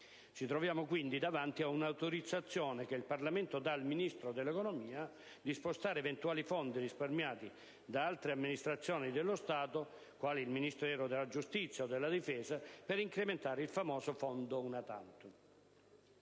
Ci troviamo, quindi, davanti a un'autorizzazione che il Parlamento dà al Ministro dell'economia per spostare eventuali fondi risparmiati da altre amministrazioni dello Stato - quali il Ministero della giustizia o il Ministero della difesa - per incrementare il famoso fondo *una tantum*.